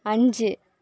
അഞ്ച്